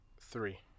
Three